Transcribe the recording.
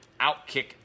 Outkick